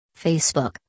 Facebook